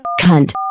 cunt